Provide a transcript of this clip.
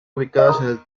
ubicadas